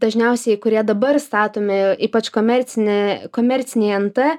dažniausiai kurie dabar statomi ypač komercinė komercinėj nt